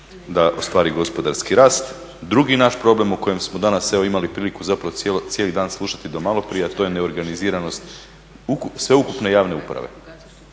da ostvari gospodarski rast, drugi naš problem o kojem smo danas evo imali priliku zapravo cijeli dan slušati do maloprije, a to je neorganiziranost sveukupne javne uprave.